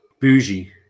bougie